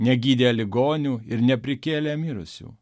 negydė ligonių ir neprikėlė mirusių